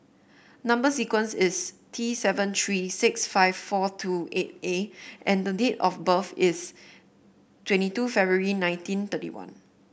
number sequence is T seven three six five four two eight A and the date of birth is twenty two February nineteen thirty one